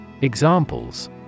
Examples